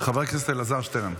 חבר הכנסת אלעזר שטרן.